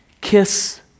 Kiss